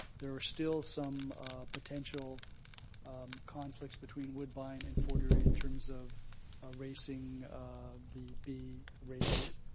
there are still some potential conflicts between woodbine and fort erie in terms of ah racing the b races